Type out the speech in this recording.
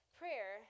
prayer